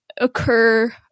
occur